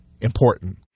important